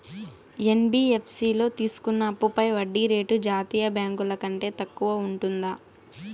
NBFC లో తీసుకున్న అప్పుపై వడ్డీ రేటు జాతీయ బ్యాంకు ల కంటే తక్కువ ఉంటుందా?